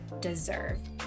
deserve